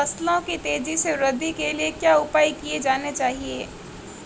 फसलों की तेज़ी से वृद्धि के लिए क्या उपाय किए जाने चाहिए?